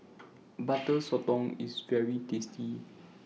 Butter Sotong IS very tasty